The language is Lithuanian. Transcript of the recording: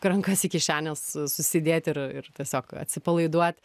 rankas į kišenes su susidėti ir ir tiesiog atsipalaiduot